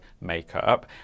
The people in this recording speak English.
makeup